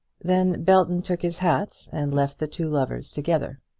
then belton took his hat and left the two lovers together.